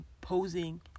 posing